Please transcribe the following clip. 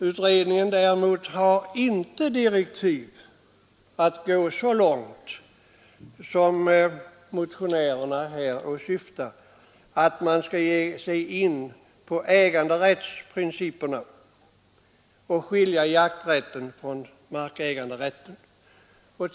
Utredningen har därmed inte direktiv att gå så långt som motionärerna åsyftar. Den skall inte ge sig in på äganderättsprinciperna och skilja jakträtten från markäganderätten.